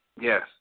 Yes